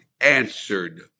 answered